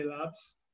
Labs